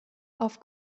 auf